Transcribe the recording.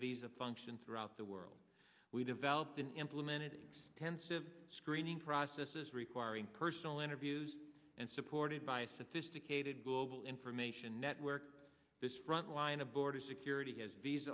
visa function throughout the world we developed and implemented extensive screening processes requiring personal interviews and supported by a sophisticated global information network this frontline of border security has